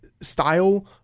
style